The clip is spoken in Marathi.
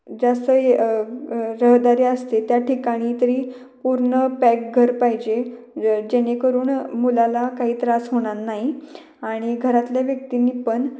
जास्त ये रहदारी असते त्या ठिकाणी तरी पूर्ण पॅक घर पाहिजे जेणेकरून मुलाला काही त्रास होणार नाही आणि घरातल्या व्यक्तींनी पण